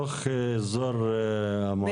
בתוך אזור המועצה האזורית.